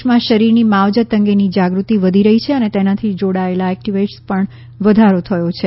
દેશમાં શરીરની માવજત અંગેની જાગૃતિ વધી રહી છે અને તેનાથી જોડાયેલા એક્ટિવિએટ્સમાં પણ વધારો થયો છે